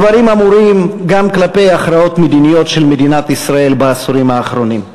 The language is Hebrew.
הדברים אמורים גם כלפי הכרעות מדיניות של מדינת ישראל בעשורים האחרונים.